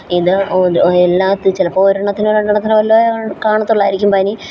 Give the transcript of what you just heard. ഇത് ഒര് എല്ലാർക്കും ചിലപ്പോള് ഒരെണ്ണത്തിനോ രണ്ടെണ്ണത്തിനോ വല്ലോം കാണത്തുള്ളായിരിക്കും പനി